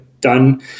done